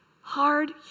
Hard